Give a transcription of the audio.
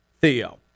Theo